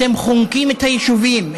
אתם חונקים את היישובים,